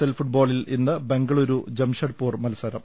L ഫുട്ബോളിൽ ഇന്ന് ബംങ്കലൂരു ജംഷഡ്പൂർ മത്സരം